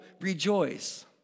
rejoice